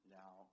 now